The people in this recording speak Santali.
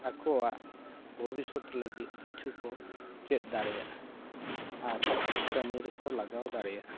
ᱟᱠᱚᱣᱟᱜ ᱵᱷᱚᱵᱤᱥᱥᱚᱛ ᱞᱟᱹᱜᱤᱫ ᱠᱤᱪᱷᱩ ᱠᱚ ᱪᱮᱫ ᱫᱟᱲᱮᱭᱟᱜᱼᱟ ᱟᱨ ᱠᱟᱹᱢᱤ ᱨᱮᱠᱚ ᱞᱟᱜᱟᱣ ᱫᱟᱲᱮᱭᱟᱜᱼᱟ